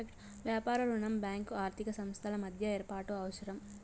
వ్యాపార రుణం బ్యాంకు ఆర్థిక సంస్థల మధ్య ఏర్పాటు అవసరం